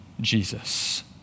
Jesus